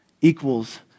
equals